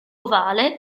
ovale